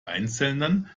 einzelnen